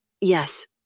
Yes